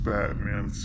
Batman